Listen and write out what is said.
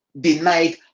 denied